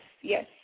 yes